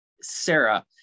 sarah